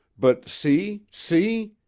but see see!